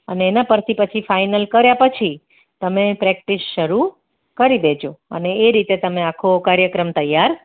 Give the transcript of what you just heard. અને એના પરથી પછી ફાઈનલ કર્યા પછી તમે પ્રેક્ટિસ શરૂ કરી દેજો અને એ રીતે તમે આખો કાર્યક્રમ તૈયાર